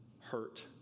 hurt